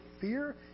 fear